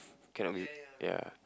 cannot be ya